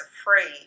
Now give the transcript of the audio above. afraid